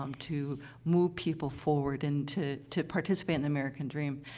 um to move people forward and to to participate in the american dream.